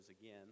again